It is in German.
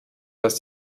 dass